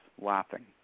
laughing